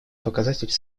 показатель